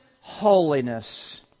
holiness